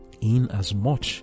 inasmuch